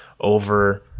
over